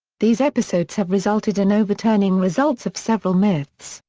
these episodes have resulted in overturning results of several myths,